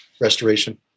restoration